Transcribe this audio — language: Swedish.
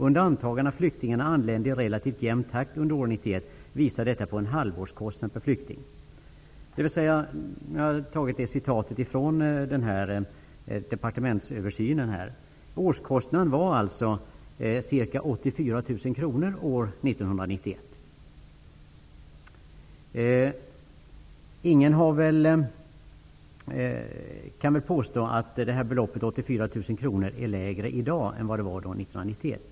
Under antagandet att flyktingarna anlände i relativt jämn takt under år 1991 visar detta på en halvårskostnad per flykting.'' Det citatet har jag som sagt tagit från departementsöversynen. Årskostnaden var alltså ca 84 000 kr år 1991. Ingen kan väl påstå att beloppet är lägre i dag än vad det var 1991.